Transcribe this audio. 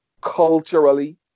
culturally